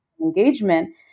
engagement